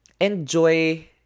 enjoy